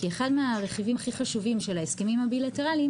כי אחד הרכיבים הכי חשובים של ההסכמים הבילטרליים